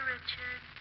Richard